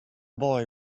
boy